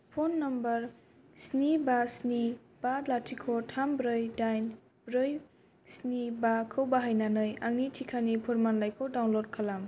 phone number स्नि बा स्नि बा लाथिख' थाम ब्रै दाइन ब्रै स्नि बाखौ बाहायनानै आंनि टिकानि फोरमानलाइखौ डाउनल'ड खालाम